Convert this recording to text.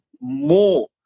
more